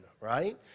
right